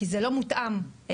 כי זה לא מותאם תרבותית,